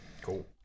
Cool